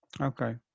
Okay